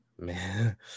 Man